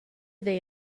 they